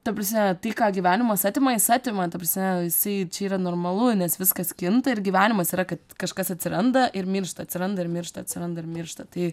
ta prasme tai ką gyvenimas atima jis atima ta prasme jisai čia yra normalu nes viskas kinta ir gyvenimas yra kad kažkas atsiranda ir miršta atsiranda ir miršta atsiranda ir miršta tai